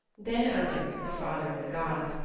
then odin, the father of the gods,